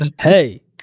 hey